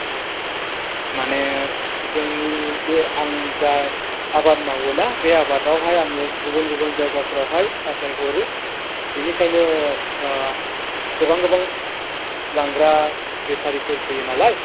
उम माने जोंनि बे आं जा आबाद मावोना बे आबादाव आङो गुबुन गुबुन जायगाफोराव साप्लाय हरो बिनिखायनो ओ गोबां गोबां लांग्रा बेफारिफोर फैयो नालाय